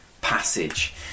passage